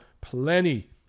plenty